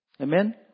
Amen